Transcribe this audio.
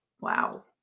wow